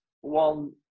One